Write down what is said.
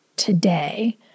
today